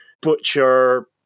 butcher